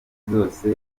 zose